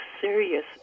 serious